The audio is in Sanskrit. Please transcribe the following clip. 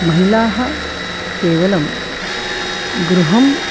महिलाः केवलं गृहम्